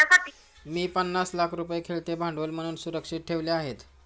मी पन्नास लाख रुपये खेळते भांडवल म्हणून सुरक्षित ठेवले आहेत